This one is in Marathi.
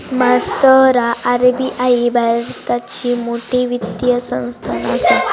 मास्तरा आर.बी.आई भारताची मोठ वित्तीय संस्थान आसा